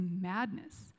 madness